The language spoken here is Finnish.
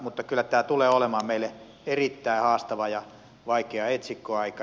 mutta kyllä tämä tulee olemaan meille erittäin haastava ja vaikea etsikkoaika